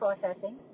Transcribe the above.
processing